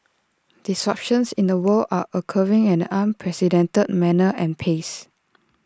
disruptions in the world are occurring at an unprecedented manner and pace